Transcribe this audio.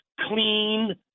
clean